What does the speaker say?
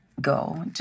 go